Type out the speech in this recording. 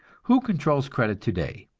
who controls credit today?